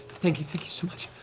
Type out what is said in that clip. thank you, thank you so much,